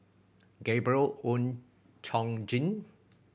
Gabriel Oon Chong Jin